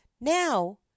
now